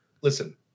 Listen